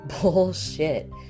Bullshit